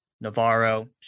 Navarro